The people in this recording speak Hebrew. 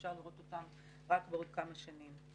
אפשר לראות אותן רק בעוד כמה שנים.